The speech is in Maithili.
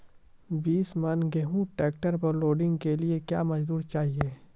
बीस मन गेहूँ ट्रैक्टर पर लोडिंग के लिए क्या मजदूर चाहिए?